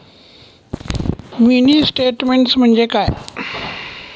Mini statement म्हणजे काय?